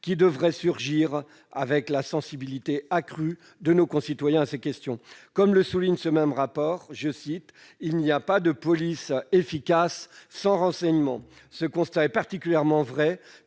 compte tenu de la sensibilité accrue de nos concitoyens à ces questions. Comme il est souligné dans ce même rapport, « il n'y a pas de police efficace sans renseignement. Ce constat est particulièrement vrai